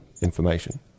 information